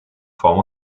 form